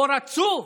או רצו,